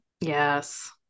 Yes